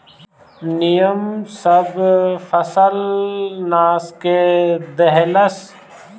निमन सब फसल नाश क देहलस